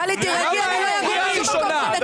למה אין לה קריאה ראשונה?